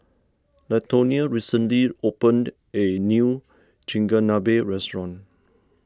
Latonia recently opened a new Chigenabe restaurant